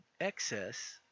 Excess